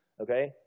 Okay